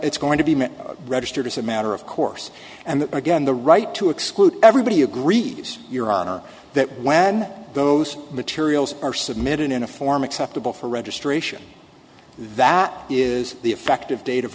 it's going to be registered as a matter of course and again the right to exclude everybody agrees your honor that when those materials are submitted in a form acceptable for registration that is the effective date of